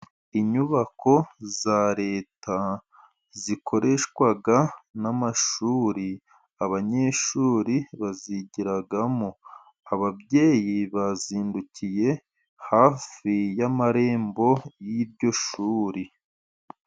Inyubako za leta zikoreshwa n'amashuri, abanyeshuri bazigiramo, ababyeyi bazindukiye hafi y'amarembo y'iryo shuri.